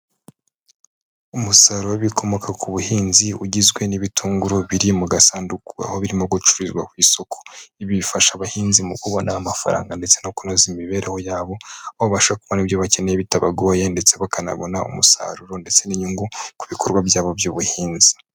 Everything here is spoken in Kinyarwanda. Umusaruro w'ibikomoka ku buhinzi, ugizwe n'ibitunguru biri mu gasanduku, aho birimo gucururizwa ku isoko, bifasha abahinzi mu kubona amafaranga ndetse no kunoza imibereho yabo, aho babasha kubona ibyo bakeneye bitabagoye, ndetse bakanabona umusaruro, ndetse n'inyungu, ku bikorwa byabo by'ubuhinzi.